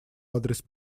адрес